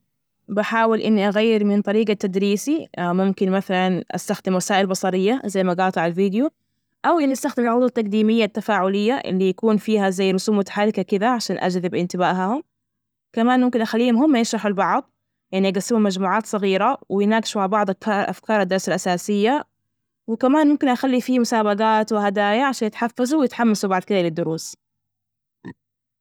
بحاول إني أغير من طريقة تدريسي، ممكن مثلا أستخدم وسائل بصرية زي مجاطع الفيديو، أو إني أستخدم العضوة التقديمية التفاعلية اللي يكون فيها زي رسوم متحركة كده عشان أجذب إنتبائهم، كمان ممكن أخليهم هم يشرحوا لبعض، يعني أجسمهم مجموعات صغيرة ويناقشوا مع بعض أفكار الدرس الأساسية، وكمان ممكن أخلي في مسابجات وهدايا عشان يتحفزوا ويتحمسوا بعد كده للدروس.